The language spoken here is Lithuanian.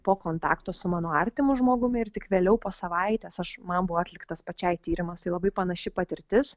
po kontakto su mano artimu žmogumi ir tik vėliau po savaitės aš man buvo atliktas pačiai tyrimas tai labai panaši patirtis